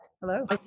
Hello